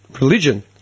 religion